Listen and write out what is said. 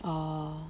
orh